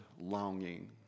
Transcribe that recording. longing